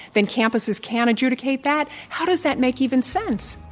then campuses can adjudicate that. how does that make even sense?